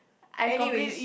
anyways